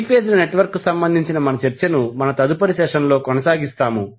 3 phase ల నెట్వర్క్కు సంబంధించిన మన చర్చను మన తదుపరి సెషన్లో కొనసాగిస్తాము